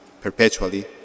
perpetually